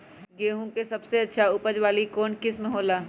गेंहू के सबसे अच्छा उपज वाली कौन किस्म हो ला?